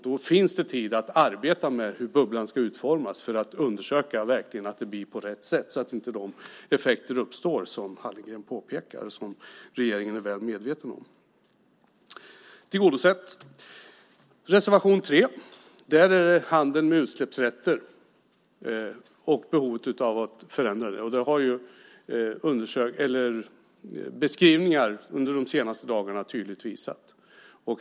Då finns det tid att arbeta med hur bubblan ska utformas och att undersöka att det blir på rätt sätt så att inte de effekter uppstår som Hallengren påpekar och som regeringen är väl medveten om. Detta är alltså tillgodosett. Reservation 3 gäller handeln med utsläppsrätter och behovet att förändra det. Att det finns ett sådant behov har beskrivningar under de senaste dagarna tydligt visat.